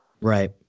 right